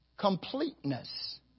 completeness